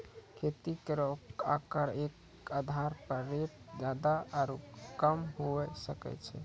खेती केरो आकर क आधार पर रेट जादा आरु कम हुऐ सकै छै